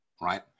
Right